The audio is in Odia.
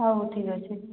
ହଉ ଠିକ ଅଛେ